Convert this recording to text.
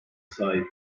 sahip